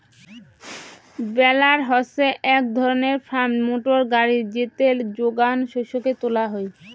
বেলার হসে এক ধরণের ফার্ম মোটর গাড়ি যেতে যোগান শস্যকে তোলা হই